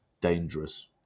dangerous